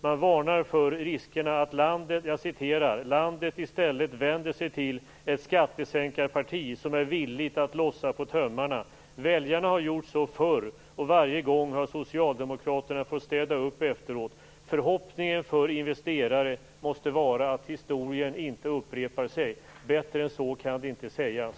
Man varnar för riskerna att landet i stället vänder sig till ett skattesänkarparti som är villigt att lossa på tömmarna. Väljarna har gjort så förr, och varje gång har Socialdemokraterna fått städa upp efteråt. Förhoppningen för investerare måste vara att historien inte upprepar sig. Bättre än så kan det inte sägas.